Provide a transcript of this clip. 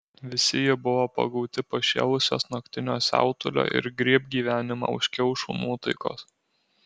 visi jie buvo pagauti pašėlusios naktinio siautulio ir griebk gyvenimą už kiaušių nuotaikos